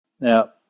Now